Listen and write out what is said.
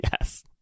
Yes